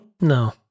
No